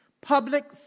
public